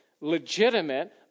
legitimate